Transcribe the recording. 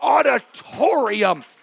auditorium